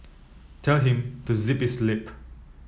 tell him to zip his lip